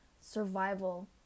survival